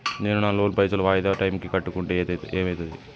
నేను నా లోన్ పైసల్ వాయిదా టైం కి కట్టకుంటే ఏమైతది?